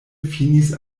finis